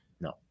No